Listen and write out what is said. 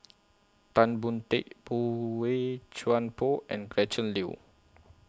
Tan Boon Teik Boey Chuan Poh and Gretchen Liu